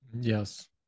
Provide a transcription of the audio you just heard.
Yes